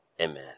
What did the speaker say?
amen